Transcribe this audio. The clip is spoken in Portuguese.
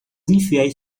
infiéis